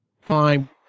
fine